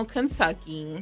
Kentucky